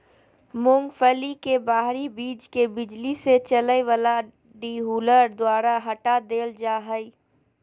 मूंगफली के बाहरी बीज के बिजली से चलय वला डीहुलर द्वारा हटा देल जा हइ